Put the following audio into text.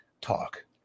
talk